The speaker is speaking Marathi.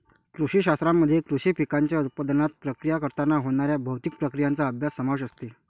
कृषी शास्त्रामध्ये कृषी पिकांच्या उत्पादनात, प्रक्रिया करताना होणाऱ्या भौतिक प्रक्रियांचा अभ्यास समावेश असते